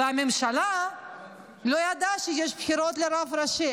והממשלה לא ידעה שיש בחירות לרב ראשי,